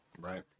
Right